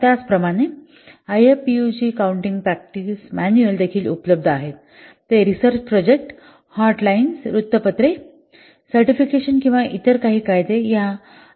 त्याचप्रमाणे IFPUG counting practice manual देखील उपलब्ध आहेत ते रिसर्च प्रोजेक्ट हॉटलाईन वृत्तपत्रे सर्टिफिकेशन किंवा इतर काही फायदे या आयएफपीयूजीचे आहेत